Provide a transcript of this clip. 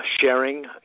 sharing